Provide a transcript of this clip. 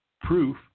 proof